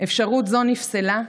אפשרות זו נפסלה.